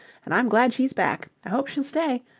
and i'm glad she's back. i hope she'll stay.